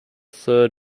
third